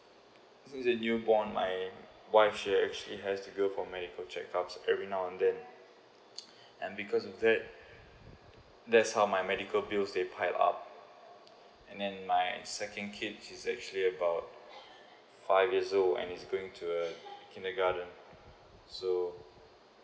is a newborn my wife she actually has to go for medical check ups every now and then and because of that that's how my medical bills they pile up and then my second kids he's actually about five years old and it's going to a kindergarten so